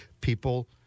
people